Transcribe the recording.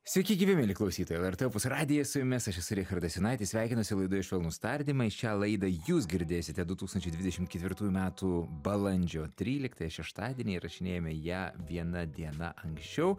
sveiki gyvi mieli klausytojai lrt opus radijas su jumis aš esu richardas jonaitis sveikinuosi laidoje švelnūs tardymai šią laidą jūs girdėsite du tūkstančiai dvidešim ketvirtųjų metų balandžio tryliktąją šeštadienį įrašinėjame ją viena diena anksčiau